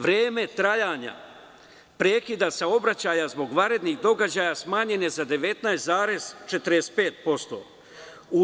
Vreme trajanja prekida saobraćaja zbog vanrednih događaja smanjen je za 19,45%